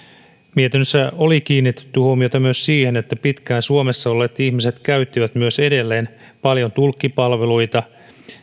mietinnössä oli kiinnitetty huomiota myös siihen että pitkään suomessa olleet ihmiset käyttivät myös edelleen paljon tulkkipalveluita